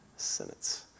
Sentence